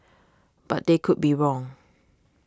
but they could be wrong